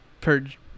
purge